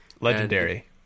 Legendary